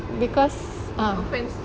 because um